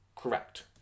correct